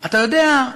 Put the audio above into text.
אתה יודע,